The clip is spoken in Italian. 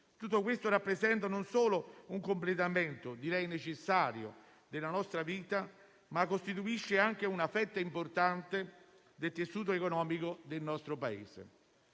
Tutto questo rappresenta non solo un completamento, direi necessario, della nostra vita, ma costituisce anche una fetta importante del tessuto economico del nostro Paese.